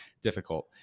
difficult